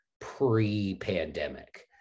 pre-pandemic